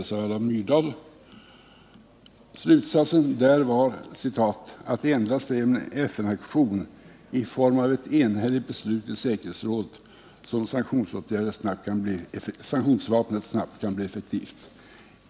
Slutsatsen var ”att det är endast genom en FN-aktion i form av ett enhälligt beslut i säkerhetsrådet som sanktionsvapnet snabbt kan bli effektivt.